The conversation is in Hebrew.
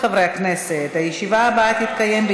שישה חברי כנסת בעד,